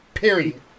Period